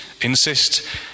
insist